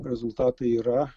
rezultatai yra